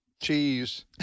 cheese